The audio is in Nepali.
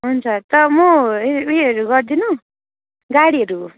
हुन्छ त म उयोहरू गरिदिनु गाडीहरू